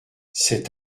cet